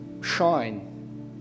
shine